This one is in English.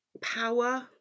power